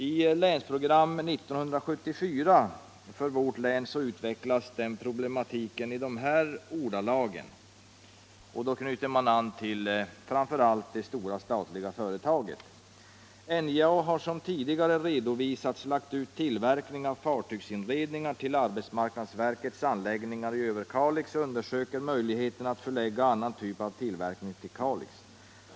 I Länsprogram 1974 för vårt län utvecklas den problematiken i de här ordalagen, vilka knyter an till framför allt det stora statliga företaget: ”NJIA har som tidigare redovisats lagt ut tillverkning av fartygsinredningar till arbetsmarknadsverkets anläggningar i Överkalix och undersöker möjligheterna att förlägga annan typ av tillverkning till Kalix.